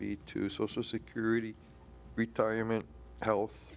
beat to social security retirement health